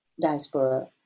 diaspora